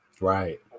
right